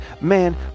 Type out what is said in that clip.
man